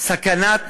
סכנת נפשות,